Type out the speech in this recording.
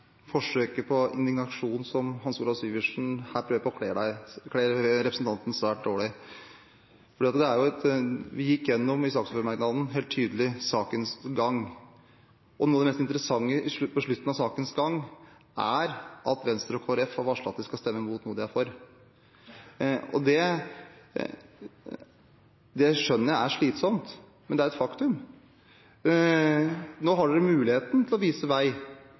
forsøket på indignasjon som Hans Olav Syversen her prøver seg på, kler representanten svært dårlig. Vi gikk i saksmerknaden helt tydelig gjennom sakens gang, og noe av det mest interessante på slutten av saksgangen er at Venstre og Kristelig Folkeparti har varslet at de skal stemme imot noe de er for. Det skjønner jeg er slitsomt, men det er et faktum. Nå har man muligheten til å vise vei,